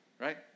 right